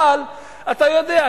אבל אתה יודע,